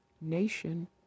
nation